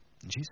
Jesus